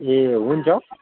ए हुन्छ